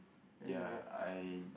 ya I